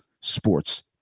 Sports